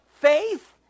faith